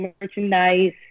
merchandise